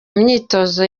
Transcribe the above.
myitozo